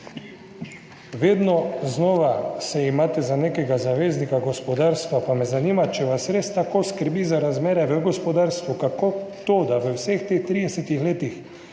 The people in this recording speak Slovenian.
Vedno znova se imate za nekega zaveznika gospodarstva, pa me zanima, če vas res tako skrbi za razmere v gospodarstvu, kako to, da v vseh teh 30 letih